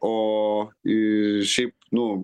o į šiaip nu